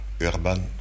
urban